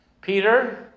Peter